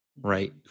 right